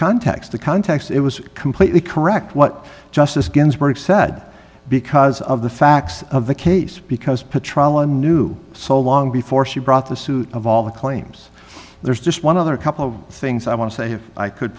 context the context it was completely correct what justice ginsburg said because of the facts of the case because petroleum knew so long before she brought the suit of all the claims there's just one other couple of things i want to say if i could